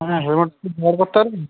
হ্যাঁ হেলমেট তুই জোগাড় করতে পারবি